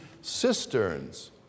cisterns